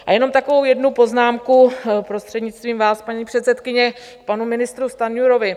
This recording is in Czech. A jenom takovou jednu poznámku prostřednictvím vás, paní předsedkyně, k panu ministru Stanjurovi.